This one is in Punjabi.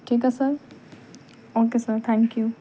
ਠੀਕ ਆ sir okay sir thank you